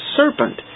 serpent